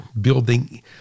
building